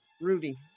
Rudy